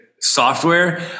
software